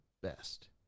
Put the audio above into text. best